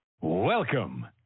welcome